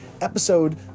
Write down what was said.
episode